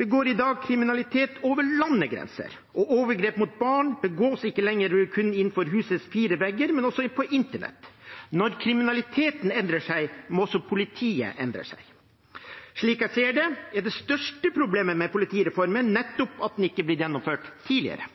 begår i dag kriminalitet over landegrenser. Overgrep mot barn begås ikke lenger kun innenfor husets fire vegger, men også på internett. Når kriminaliteten endrer seg, må også politiet endre seg. Slik jeg ser det, er det største problemet med politireformen nettopp at den ikke har blitt gjennomført tidligere.